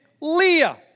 Leah